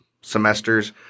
semesters